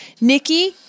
Nikki